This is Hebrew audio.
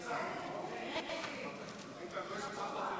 התשע"ו 2016, לוועדת הכלכלה נתקבלה.